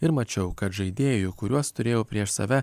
ir mačiau kad žaidėjų kuriuos turėjau prieš save